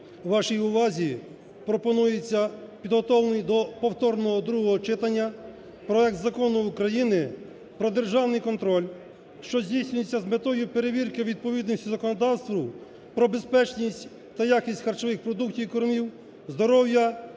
Вашій увазі пропонується, підготовлений до повторного другого читання, проект Закону України про державний контроль, що здійснюється з метою перевірки відповідності законодавству про безпечність та якість харчових продуктів і кормів, здоров'я